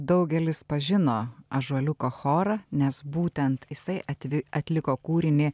daugelis pažino ąžuoliuko chorą nes būtent jisai atvi atliko kūrinį